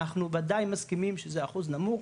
אנחנו וודאי מסכימים שזה אחוז נמוך,